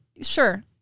Sure